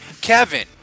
Kevin